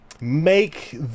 make